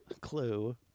Clue